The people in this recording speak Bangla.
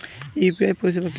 ইউ.পি.আই পরিসেবা কি?